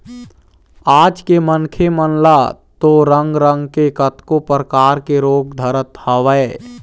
आज के मनखे मन ल तो रंग रंग के कतको परकार के रोग धरत हवय